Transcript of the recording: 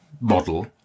model